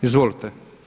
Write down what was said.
Izvolite.